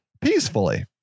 peacefully